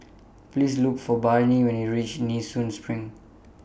Please Look For Barnie when YOU REACH Nee Soon SPRING